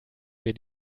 wir